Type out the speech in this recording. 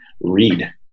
read